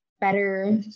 better